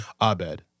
Abed